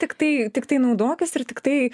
tiktai tiktai naudokis ir tiktai